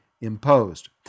imposed